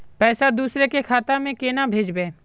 पैसा दूसरे के खाता में केना भेजबे?